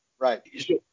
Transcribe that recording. right